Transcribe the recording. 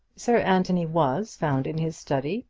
sir anthony was found in his study,